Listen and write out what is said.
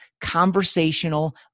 conversational